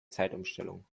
zeitumstellung